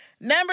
Number